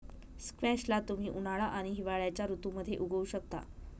squash ला तुम्ही उन्हाळा आणि हिवाळ्याच्या ऋतूमध्ये उगवु शकता